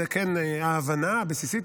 זאת כן ההבנה הבסיסית,